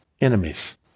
enemies